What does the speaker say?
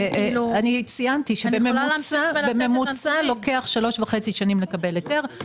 ציינתי שבממוצע לוקח 3.5 שנים לקבל היתר,